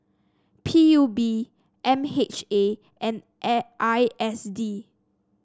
P U B M H A and A I S D